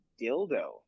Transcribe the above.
dildo